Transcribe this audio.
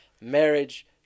marriage